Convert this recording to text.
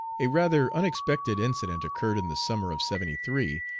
a rather unexpected incident occurred in the summer of seventy three,